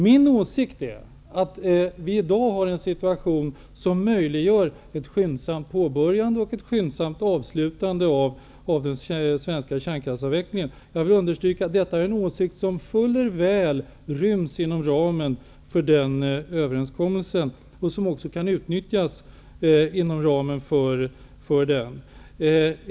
Min åsikt är att vi i dag har en situation som möjliggör ett skyndsamt påbörjande och ett skyndsamt avslutande av den svenska kärnkraftsavvecklingen. Jag vill understryka att detta är en åsikt som fuller väl ryms inom ramen för trepartiöverenskommelsen och som också kan utnyttjas inom ramen för den.